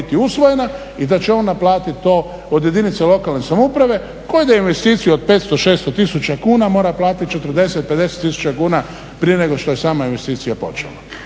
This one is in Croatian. i da će on naplatiti to od jedinice lokalne samouprave koji daje investiciju od 500, 600 tisuća kuna. Mora platiti 40, 50 tisuća kuna prije nego što je sama investicija počela.